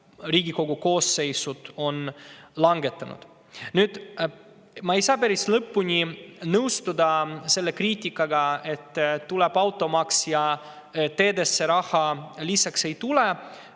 Riigikogu koosseisud on langetanud. Ma ei saa päris lõpuni nõustuda selle kriitikaga, et tuleb automaks ja teedesse raha lisaks ei tule.